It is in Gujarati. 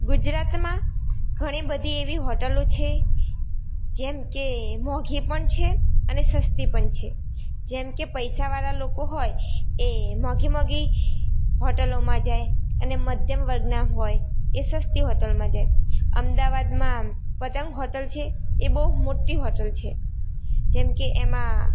ગુજરાતમાં ઘણી બધી એવી હોટલો છે જેમ કે મોંધી પણ છે અને સસ્તી પણ છે જેમ કે પૈસાવાળા લોકો હોય એ મોંઘી મોંઘી હોટલોમાં જાય અને મધ્યમ વર્ગના હોય એ સસ્તી હોટલમાં જાય અમદાવાદમાં પતંગ હોટલ છે એ બહુ મોટી હોટલ છે જેમ કે એમાં